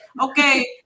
Okay